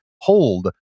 hold